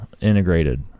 integrated